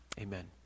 Amen